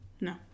No